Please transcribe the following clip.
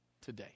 today